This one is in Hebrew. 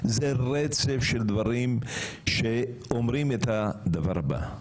זה רצף של דברים שאומרים את הדבר הבא: